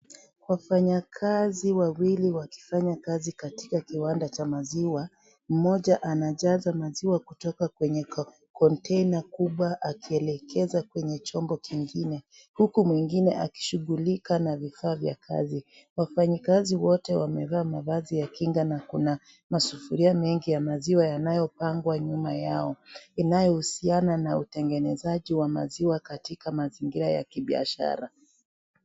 Wafanyakazi wawili wakifanya kazi katika kiwanda cha maziwa. Mmoja anajaza maziwa kutoka kwenye container kubwa akielekeza kwenye chombo kingine huku mwingine akishughulika na vifaa vya kazi. Wafanyakazi wote wamevaa mavazi ya kinga na kuna masufuria mengi ya maziwa yanayopangwa nyuma yao inayohusiana na utengenezaji wa maziwa katika mazingira ya kibiashara.